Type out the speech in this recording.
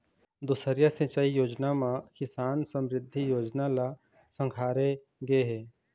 दुसरइया सिंचई योजना म किसान समरिद्धि योजना ल संघारे गे हे